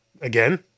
again